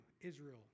Israel